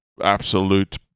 absolute